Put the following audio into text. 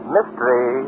Mystery